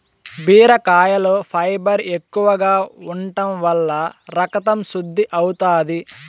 బీరకాయలో ఫైబర్ ఎక్కువగా ఉంటం వల్ల రకతం శుద్ది అవుతాది